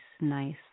Nice